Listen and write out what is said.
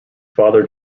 father